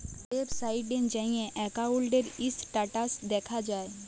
ওয়েবসাইটে যাঁয়ে একাউল্টের ইস্ট্যাটাস দ্যাখা যায়